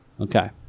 Okay